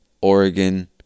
Oregon